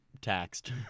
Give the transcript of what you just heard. taxed